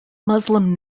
muslim